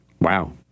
Wow